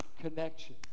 connection